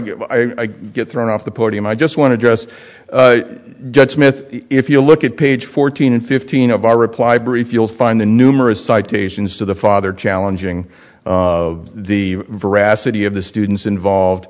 give i get thrown off the podium i just want to just judge smith if you look at page fourteen and fifteen of our reply brief you'll find the numerous citations to the father challenging the veracity of the students involved